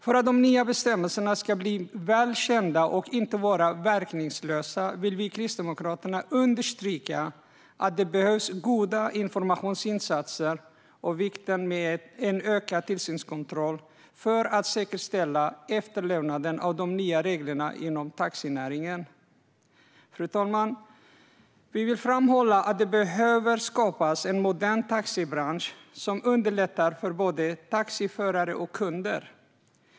För att de nya bestämmelserna ska bli väl kända och inte vara verkningslösa vill vi kristdemokrater understryka att det behövs goda informationsinsatser och vikten av en utökad tillsynskontroll för att säkerställa efterlevnaden av de nya reglerna inom taxinäringen. Fru talman! Vi vill framhålla att det behöver skapas en modern taxibransch som underlättar för både taxiförare och kunder.